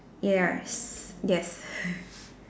yes yes